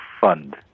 fund